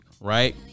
right